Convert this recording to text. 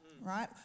right